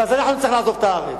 ואז אנחנו נצטרך לעזוב את הארץ.